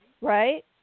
right